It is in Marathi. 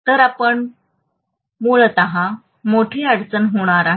तर आपणास मूलत मोठी अडचण होणार आहे